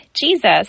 jesus